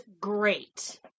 great